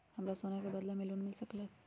हमरा सोना के बदला में लोन मिल सकलक ह?